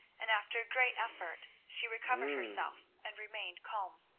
and after a great effort, she recovered herself, and remained calm.